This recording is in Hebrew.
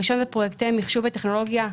הראשון הוא פרויקטי מחשוב וטכנולוגיה,